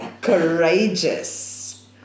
Courageous